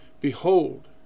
Behold